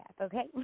okay